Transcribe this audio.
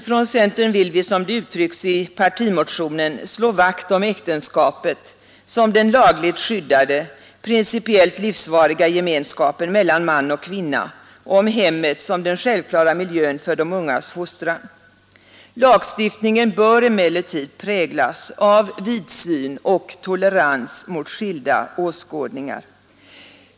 Från centern vill vi, som det uttrycks i partimotionen, slå vakt om äktenskapet som den lagligt skyddade principiellt livsvariga gemenskapen mellan man och kvinna och om hemmet som den självklara miljön för de ungas fostran. Lagstiftningen bör emellertid präglas av vidsyn och tolerans mot skilda åskådningar.